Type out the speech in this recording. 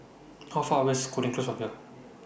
How Far away IS Cooling Close from here